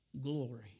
glory